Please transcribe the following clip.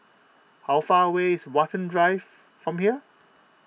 how far away is Watten Drive from here